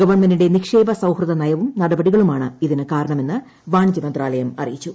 ഗവൺമെന്റിന്റെ നിക്ഷേപ സൌഹൃദ നയവും നടപടികളുമാണ് ഇതിന് കാരണമെന്ന് വാണിജ്യമന്ത്രാലയം അറിയിച്ചു